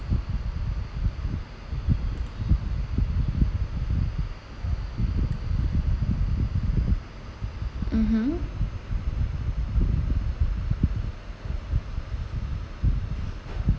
mmhmm